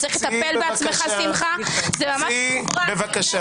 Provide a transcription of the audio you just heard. נעמה, צאי בבקשה.